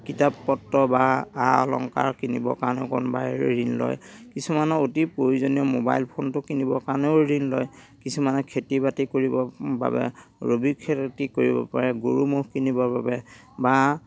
কিতাপ পত্ৰ বা আ অলংকাৰ কিনিবৰ কাৰণে কোনোবাই ঋণ লয় কিছুমানৰ অতি প্ৰয়োজনীয় ম'বাইল ফোনটো কিনিবৰ কাৰণেও ঋণ লয় কিছুমানে খেতি বাতি কৰিবৰ বাবে ৰবি খেতি কৰিব পাৰে গৰু ম'হ কিনিবৰ বাবে বা